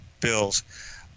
bills